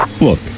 Look